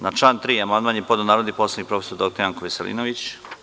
Na član 3. amandman je podneo narodni poslanik prof. dr Janko Veselinović.